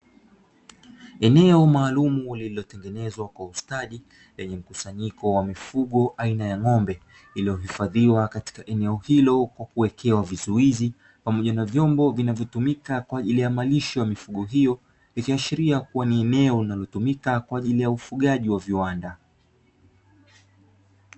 Eneo maalumu lililotengenezwa kwa ustadi yenye mkusanyiko wa mifugo aina ya ng'ombe, iliyohifadhiwa katika eneo hilo kwa kuwekewa vizuizi pamoja na vyombo vinavyotumika kwa ajili ya malisho ya mifugo hiyo, ikiashiria kuwa ni eneo unalotumika kwa ajili ya ufugaji wa viwanda.